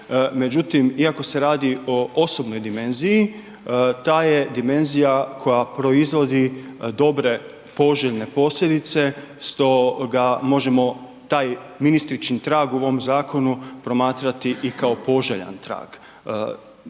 međutim, iako se radi o osobnoj dimenziji, ta je dimenzija koja proizvodi dobre, poželjne posljedice, stoga možemo taj ministričin trag u ovom zakonu promatrati i kao poželjan trag.